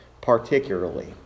particularly